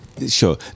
Sure